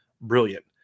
brilliant